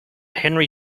henry